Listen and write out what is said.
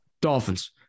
Dolphins